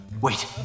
Wait